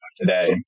today